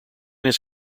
his